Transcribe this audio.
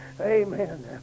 amen